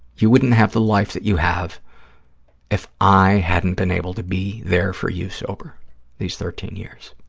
you wouldn't have the life that you have if i hadn't been able to be there for you sober these thirteen years,